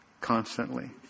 constantly